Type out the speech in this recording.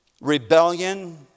rebellion